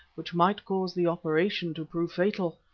which might cause the operation to prove fatal.